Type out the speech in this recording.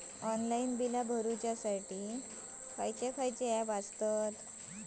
Online bill भरुच्यासाठी खयचे खयचे ऍप आसत?